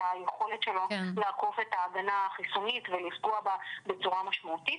היכולת שלו לעקוף את ההגנה החיסונית ולפגוע בצורה משמעותית,